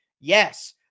Yes